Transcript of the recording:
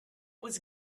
was